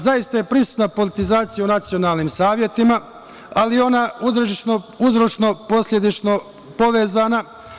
Zaista je prisutna politizacija u nacionalnim savetima, ali ona je uzročno-posledično povezana.